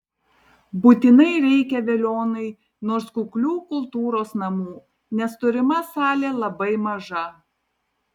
būtinai reikia veliuonai nors kuklių kultūros namų nes turima salė labai maža